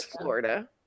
Florida